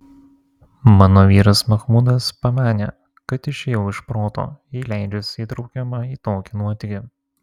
mano vyras machmudas pamanė kad išėjau iš proto jei leidžiuosi įtraukiama į tokį nuotykį